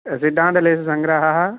सिद्धान्तलेशसङ्ग्रहः